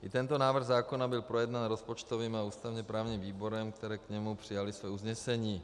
I tento návrh zákona byl projednán rozpočtovým a ústavněprávním výborem, které k němu přijaly svoje usnesení.